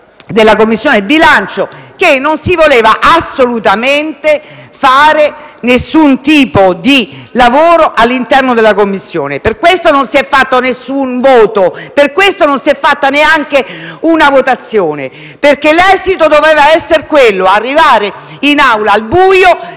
della Commissione bilancio, che non si voleva assolutamente svolgere alcun tipo di lavoro all'interno della Commissione. Per questo non è stato espresso nessun voto, per questo non è stata fatta neanche una votazione; l'esito doveva essere quello: arrivare in Assemblea al buio,